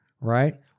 right